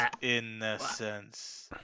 Innocence